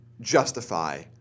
justify